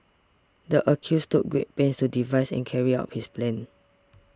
the accused took great pains to devise and carry out his plan